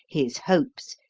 his hopes,